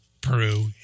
Peru